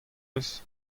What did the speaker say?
eus